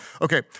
Okay